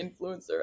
influencer